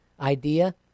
idea